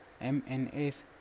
MNS